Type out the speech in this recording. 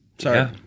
Sorry